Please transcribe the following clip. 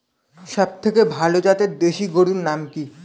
সবথেকে ভালো জাতের দেশি গরুর নাম কি?